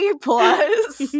plus